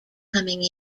coming